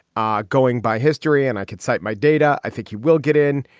ah going by history. and i could cite my data. i think you will get in.